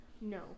no